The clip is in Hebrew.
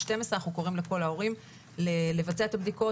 12. אנחנו קוראים לכל ההורים לבצע את הבדיקות.